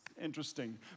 interesting